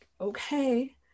Okay